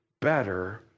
better